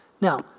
Now